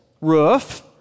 roof